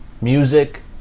Music